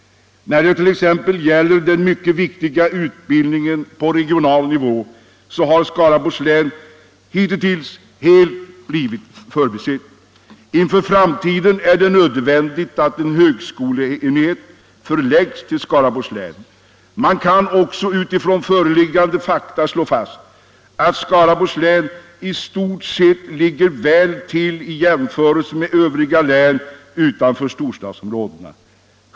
När det t.ex. gäller den mycket viktiga utbildningen på regional nivå har Skaraborgs län hittills helt blivit förbisett. Inför framtiden är det nödvändigt att en högskoleenhet förläggs till Skaraborgs län. Man kan också utifrån föreliggande fakta slå fast att Skaraborgs län i stort sett ligger väl till i jämförelse med övriga län utanför storstadsområdena.